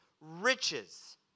riches